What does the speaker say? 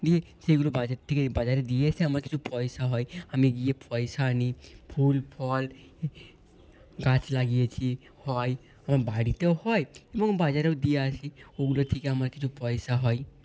নিয়ে সেগুলো বাজার থেকে বাজারে দিয়ে এসে আমার কিছু পয়সা হয় আমি গিয়ে পয়সা আনি ফুল ফল গাছ লাগিয়েছি হয় এবং বাড়িতেও হয় এবং বাজারেও দিয়ে আসি ওগুলো থেকে আমার কিছু পয়সা হয়